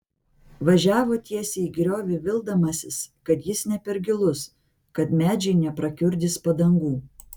važiavo tiesiai į griovį vildamasis kad jis ne per gilus kad medžiai neprakiurdys padangų